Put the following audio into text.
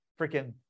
freaking